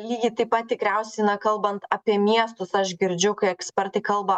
lygiai taip pat tikriausiai kalbant apie miestus aš girdžiu kai ekspertai kalba